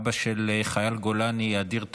אבא של חייל גולני אדיר טוהר,